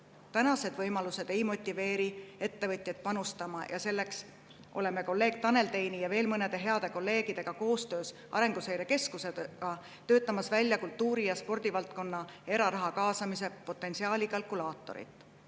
Praegused võimalused ei motiveeri ettevõtjaid panustama ja selleks oleme kolleeg Tanel Teini ja veel mõnede heade kolleegidega koostöös Arenguseire Keskusega töötamas välja kultuuri- ja spordivaldkonnas eraraha kaasamise potentsiaali kalkulaatorit. Loodan